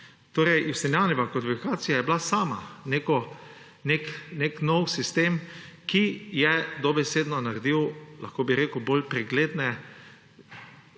Torej Justinijanova kodifikacija je bila sama nek nov sistem, ki je dobesedno naredil, lahko bi rekel, uredil bolj pregledno